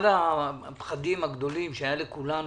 אחד החששות הגדולים שהיוהלכולנו,